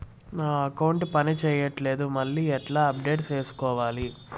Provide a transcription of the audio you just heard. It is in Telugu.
నా అకౌంట్ పని చేయట్లేదు మళ్ళీ ఎట్లా అప్డేట్ సేసుకోవాలి?